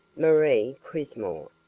marie crismore,